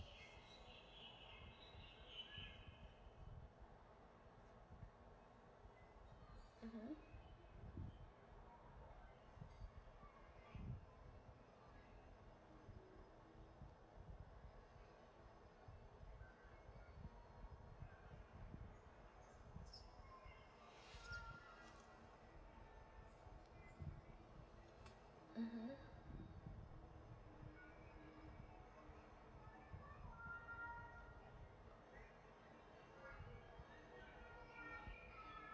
mmhmm mmhmm